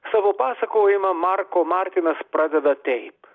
savo pasakojimą marko martinas pradeda taip